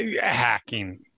hacking